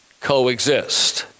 coexist